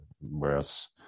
whereas